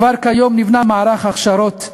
כבר כיום נבנה מערך הכשרות,